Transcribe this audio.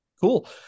cool